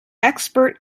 expert